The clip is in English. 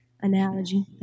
analogy